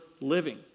living